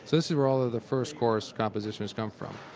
this is where all of the first course compositions come from.